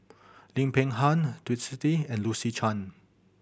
Lim Peng Han Twisstii and Lucy Chan